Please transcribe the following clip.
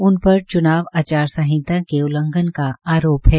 इन पर च्नाव आचार संहिता के उल्लंघन का आरोप है